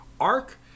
Arc